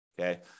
okay